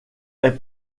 est